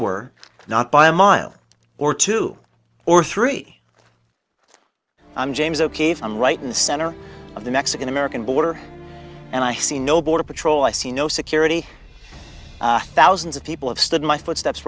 were not by a mile or two or three i'm james o'keefe i'm right in the center of the mexican american border and i see no border patrol i see no security thousands of people have stood in my footsteps